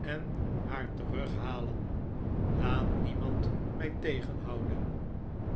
en haar terughalen laat niemand mij tegenhouden